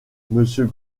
monsieur